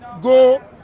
go